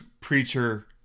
preacher